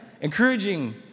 encouraging